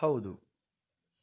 ಹೌದು